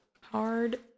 Hard